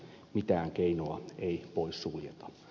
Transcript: mitään keinoa ei pois suljeta